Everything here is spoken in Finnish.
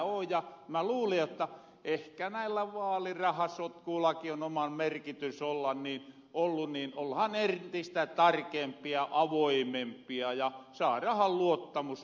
mä luulen jotta ehkä näillä vaalirahasotkuillakin on oma merkitys ollu niin ollahan entistä tarkempia avoimempia ja saarahan luottamus suomen kansalta